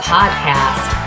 Podcast